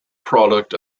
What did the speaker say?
product